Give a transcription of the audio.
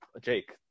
Jake